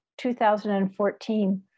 2014